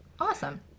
Awesome